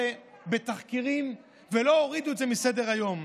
בתחקירים ולא הורידו את זה מסדר-היום.